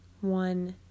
one